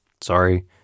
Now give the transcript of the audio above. sorry